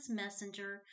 messenger